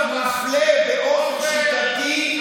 זה אומר להיות מופלה באופן שיטתי.